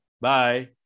Bye